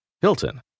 Hilton